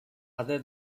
other